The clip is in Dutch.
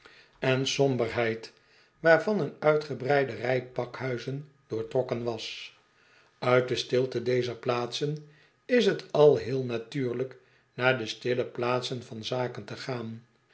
der afwezigen waarvan een uitgebreide rij pakhuizen doortrokken was uit de stilte dezer plaatsen is t al lieel natuurlijk naar de stille plaatsen van zaken te gaan